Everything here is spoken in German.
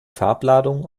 farbladung